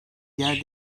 yer